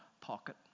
pocket